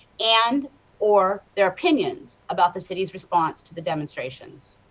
and or their opinions about the city's response to the demonstrations.